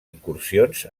incursions